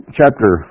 chapter